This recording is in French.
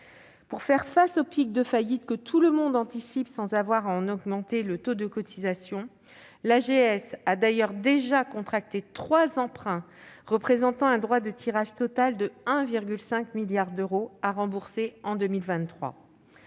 Pour faire face au pic de faillites, que tout le monde anticipe, sans avoir à augmenter le taux de cotisation, l'AGS a d'ailleurs déjà contracté trois emprunts représentant un droit de tirage total de 1,5 milliard d'euros à rembourser en 2023.